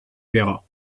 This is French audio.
verras